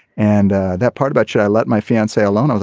and that part about should i let my fans say alone. ah